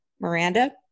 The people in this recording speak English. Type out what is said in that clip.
Miranda